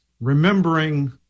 remembering